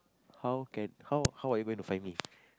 how can how how are you going to find me